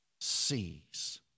sees